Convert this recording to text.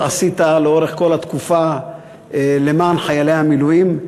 עשית לאורך כל התקופה למען חיילי המילואים.